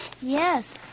Yes